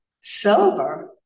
sober